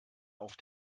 auf